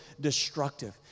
destructive